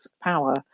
power